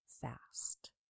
fast